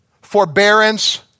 forbearance